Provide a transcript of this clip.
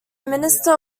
minister